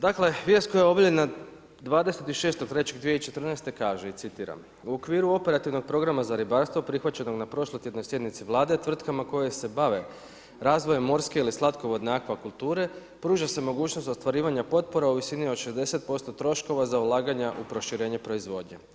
Dakle, vijest koja je obavljena 26.3.2014. kaže i citiram: „U okviru operativnog programa za ribarstvo prihvaćenog na prošlotjednoj sjednici Vlade, tvrtkama koje se bave razvojem morske ili slatkovodne akvakulture, pruža se mogućnost u ostvarivanju potpora u visini od 60% troškova za ulaganja u proširenju proizvodnje.